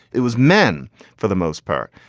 it was men for the most part.